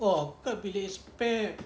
oh cause bilik spare